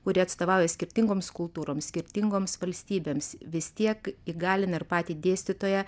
kurie atstovauja skirtingoms kultūroms skirtingoms valstybėms vis tiek įgalina ir patį dėstytoją